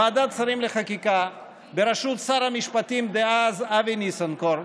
ועדת השרים לחקיקה בראשות שר המשפטים דאז אבי ניסנקורן,